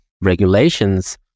regulations